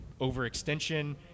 Overextension